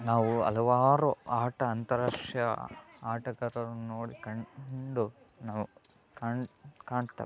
ನಾವು ಹಲವಾರು ಆಟ ಅಂತರಾಷ್ಟ್ರೀಯ ಆಟಗಾರರನ್ನು ನೋಡಿ ಕಂಡು ನಾವು ಕಾಣ್ತೇವೆ